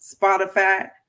Spotify